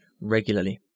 regularly